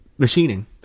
Machining